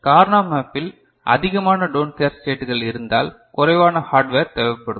Karnaugh மேப்பில் அதிகமான don't care ஸ்டேட்கள் இருந்தால் குறைவான ஹார்ட்வேர் தேவைப்படும்